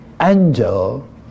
angel